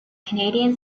canadian